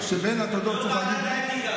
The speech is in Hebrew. יו"ר ועדת האתיקה,